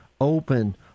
open